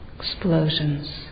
explosions